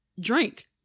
drink